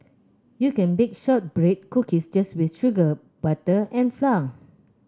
you can bake shortbread cookies just with sugar butter and flour